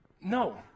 No